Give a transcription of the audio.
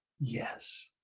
Yes